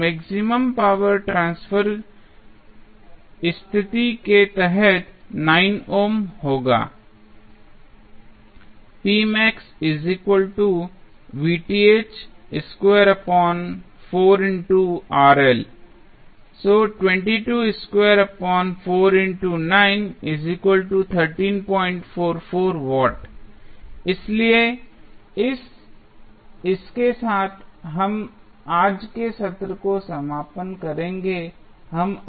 तो maximum power transfer स्थिति के तहत 9 ओम होगा इसलिए इसके साथ हम आज के सत्र का समापन करेंगे